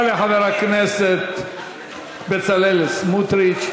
תודה לחבר הכנסת בצלאל סמוטריץ.